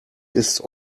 ist